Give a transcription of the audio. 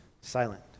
silent